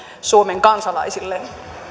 suomen kansalaisille